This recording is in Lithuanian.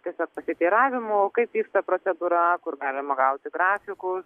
tiesiog pasiteiravimų kaip vyksta procedūra kur galima gauti grafikus